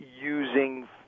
using